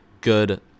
good